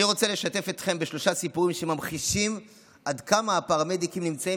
אני רוצה לשתף אתכם בשלושה סיפורים שממחישים עד כמה הפרמדיקים נמצאים